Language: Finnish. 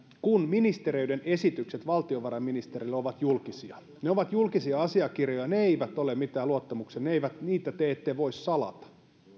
kun ministeriöiden esitykset valtiovarainministeriölle ovat julkisia ne ovat julkisia asiakirjoja ne eivät ole mitään luottamuksellisia ja niitä te ette voi salata niin